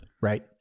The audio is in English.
right